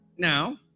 Now